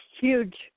huge